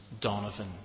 Donovan